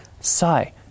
Sai